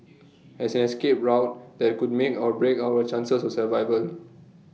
as escape route that could make or break our chances of survival